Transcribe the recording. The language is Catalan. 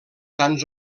tants